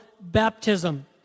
baptism